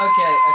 Okay